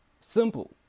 Simple